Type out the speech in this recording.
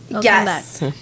yes